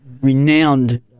renowned